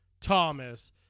Thomas